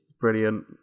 brilliant